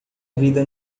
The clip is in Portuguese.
vida